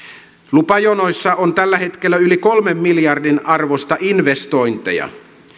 lupajonoissa on tällä hetkellä yli kolmen miljardin arvosta investointeja